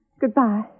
Goodbye